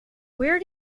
where